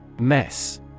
Mess